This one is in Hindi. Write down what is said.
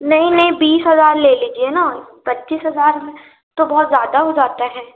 नहीं नहीं बीस हज़ार ले लीजिए ना पच्चीस हजार में तो बहुत ज़्यादा हो जाता है